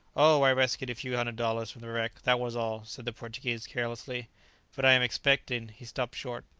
oh, i rescued a few hundred dollars from the wreck, that was all, said the portuguese carelessly but i am expecting. he stopped short.